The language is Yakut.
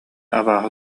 абааһы